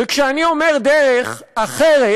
וכשאני אומר "דרך אחרת",